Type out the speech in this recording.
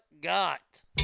got